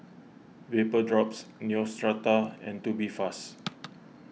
Vapodrops Neostrata and Tubifast